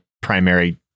primary